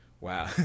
Wow